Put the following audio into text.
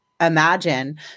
imagine